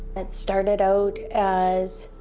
it started out as